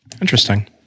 Interesting